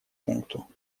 пункту